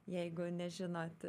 jeigu nežinot